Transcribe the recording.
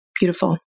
Beautiful